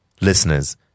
Listeners